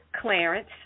Clarence